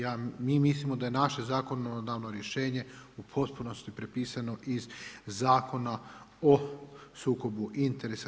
Ja, mi mislimo da je naše zakonodavno rješenje u potpunosti prepisano iz Zakona o sukobu interesa.